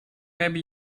maybe